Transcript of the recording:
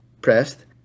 pressed